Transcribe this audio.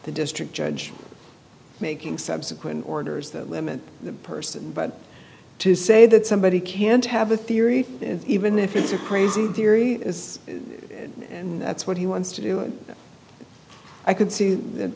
the district judge making subsequent orders that limit the person but to say that somebody can't have a theory even if it's a crazy theory and that's what he wants to do it i could see that